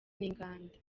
n’inganda